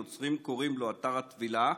הנוצרים קוראים לו אתר הטבילה.